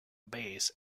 bays